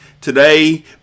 today